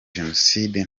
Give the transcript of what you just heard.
jenoside